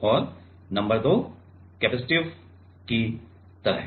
और number 2 capacitive की तरह है